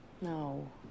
No